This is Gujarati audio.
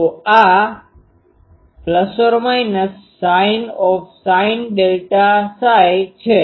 તો આ ± sin ΔΨ છે